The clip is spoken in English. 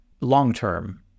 long-term